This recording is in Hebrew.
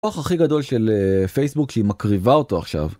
הכוח הכי גדול של פייסבוק, שהיא מקריבה אותו עכשיו.